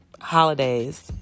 holidays